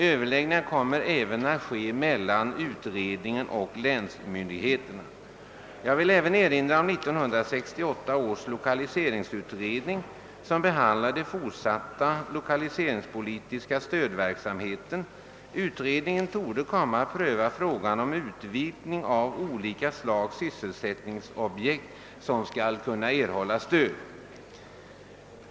Överläggningar kommer även att föras mellan utredningen och länsmyndigheterna. Jag vill erinra om 1968 års lokaliseringsutredning, som behandlar den fortsatta lokaliseringspolitiska stödverksamheten. Utredningen torde komma att pröva frågan om utvidgning av olika slags sysselsättningsobjekt som skall kunna erhålla stöd.